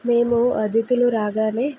మేము అతిథులు రాగానే